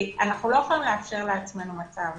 אנחנו לא יכולים לאפשר לעצמנו מצב